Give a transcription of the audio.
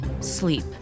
sleep